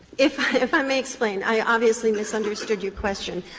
if if i may explain, i obviously misunderstood your question.